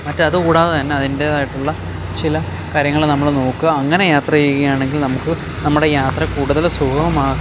മറ്റ് അതുകൂടാതെ തന്നെ അതിൻ്റേതായിട്ടുള്ള ചില കാര്യങ്ങൾ നമ്മൾ നോക്കുക അങ്ങനെ യാത്ര ചെയ്യുകയാണെങ്കിൽ നമുക്ക് നമ്മുടെ യാത്ര കൂടുതൽ സുഗമമാക്കാം